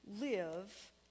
live